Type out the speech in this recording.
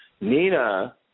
Nina